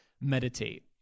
meditate